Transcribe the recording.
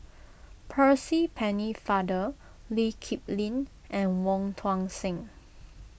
Percy Pennefather Lee Kip Lin and Wong Tuang Seng